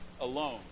alone